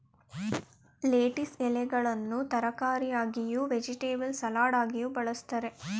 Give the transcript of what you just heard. lettuce ಎಲೆಗಳನ್ನು ತರಕಾರಿಯಾಗಿಯೂ, vegetable ಸಲಡಾಗಿಯೂ ಬಳ್ಸತ್ತರೆ